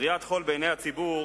וזריית חול בעיני הציבור